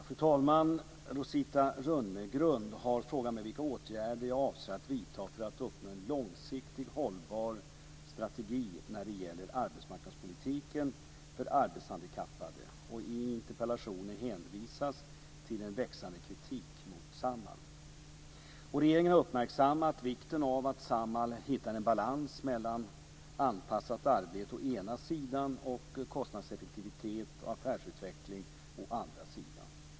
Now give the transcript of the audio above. Fru talman! Rosita Runegrund har frågat mig vilka åtgärder jag avser att vidta för att uppnå en långsiktig hållbar strategi när det gäller arbetsmarknadspolitiken för arbetshandikappade. I interpellationen hänvisas till en växande kritik mot Samhall. Regeringen har uppmärksammat vikten av att Samhall hittar en balans mellan anpassat arbete å ena sidan och kostnadseffektivitet och affärsutveckling å andra sidan.